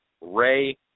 Ray